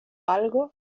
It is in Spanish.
algo